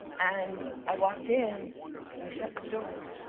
and i walked in and he shut the door.